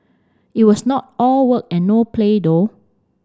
it was not all work and no play though